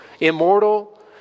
immortal